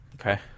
Okay